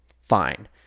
Fine